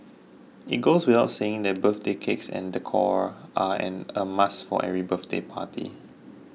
it goes without saying that birthday cakes and decor are an a must for every birthday party